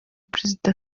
perezida